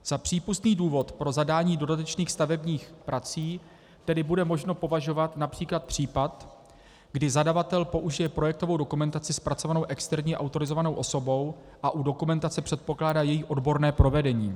Za přípustný důvod pro zadání dodatečných stavebních prací tedy bude možno považovat například případ, kdy zadavatel použije projektovou dokumentaci zpracovanou externí autorizovanou osobou a u dokumentace předpokládá její odborné provedení.